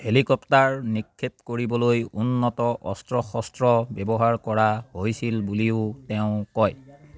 helicopter নিক্ষেপ কৰিবলৈ উন্নত অস্ত্ৰ শস্ত্ৰ ব্যৱহাৰ কৰা হৈছিল বুলিও তেওঁ কয়